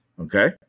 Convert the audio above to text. Okay